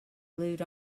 glued